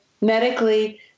medically